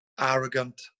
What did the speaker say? arrogant